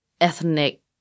ethnic